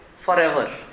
forever